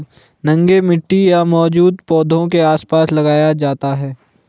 नंगे मिट्टी या मौजूदा पौधों के आसपास लगाया जाता है